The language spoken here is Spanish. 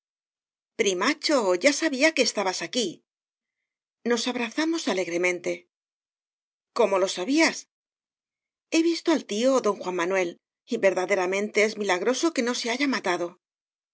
primacho ya sabía que estabas aquí nos abrazamos alegremente cómo lo sabías he visto al tío don juan manuel ver daderamente es milagroso que no se haya